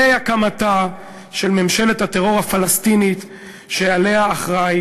הקמתה של ממשלת הטרור הפלסטינית שלה אחראי